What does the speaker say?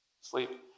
sleep